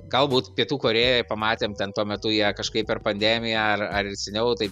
galbūt pietų korėjoj pamatėm ten tuo metu jie kažkaip per pandemiją ar ar seniau taip